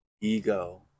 ego